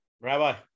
Rabbi